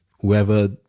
whoever